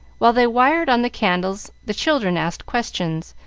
while they wired on the candles the children asked questions,